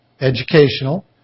educational